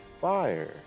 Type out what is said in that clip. fire